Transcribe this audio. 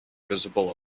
visible